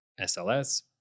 SLS